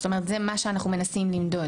זאת אומרת זה מה שאנחנו מנסים למדוד.